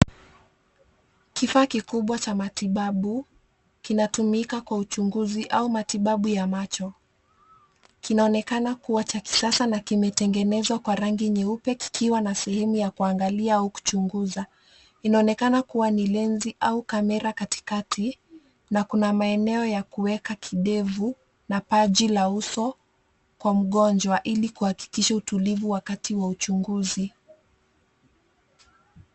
Kifaa kikubwa cha matibabu linatumika kwa uchunguzi au matibabu ya macho. Kinaonekana kuwa cha kisasa na kimetengenezwa kwa rangi nyeupe kikiwa na sehemu ya kuangalia ukichunguza. Inaonekana kuwa ni lenzi au kamera katikati, na kuna maeneo ya kuweka kidevu na paji la uso kwa mgonjwa ili kuhakikisha utulivu wakati wa uchunguzi.